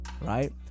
right